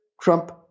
Trump